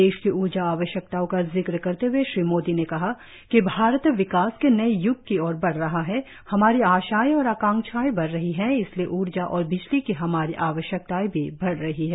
देश की ऊर्जा आवश्यकताओं का जिक्र करते हए श्री मोदी ने कहा कि भारत विकास के नये य्ग की ओर बढ़ रहा है हमारी आशाएं और आकांक्षाएं बढ़ रही हैं इसलिए ऊर्जा और बिजली की हमारी आवश्यकताएं भी बढ़ रही हैं